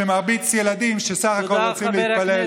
שמרביץ לילדים שבסך הכול רוצים להתפלל,